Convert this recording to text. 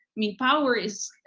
mean power is,